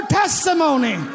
testimony